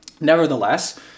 nevertheless